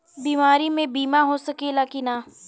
बीमारी मे बीमा हो सकेला कि ना?